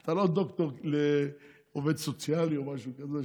אתה לא דוקטור לעבודה סוציאלית או משהו כזה,